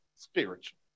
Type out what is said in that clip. spiritual